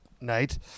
Night